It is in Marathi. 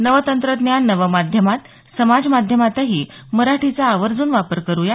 नव तंत्रज्ञान नव माध्यमात समाज माध्यमातही मराठीचा आवर्जून वापर करू या